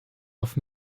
auf